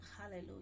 hallelujah